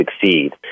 succeed